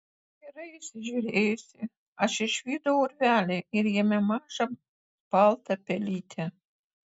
gerai įsižiūrėjusi aš išvydau urvelį ir jame mažą baltą pelytę